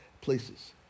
places